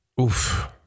Oof